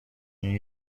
این